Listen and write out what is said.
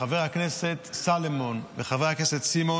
חבר הכנסת סולומון וחבר הכנסת סימון